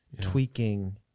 tweaking